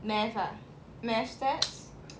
mathematics ah mathematics